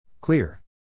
Clear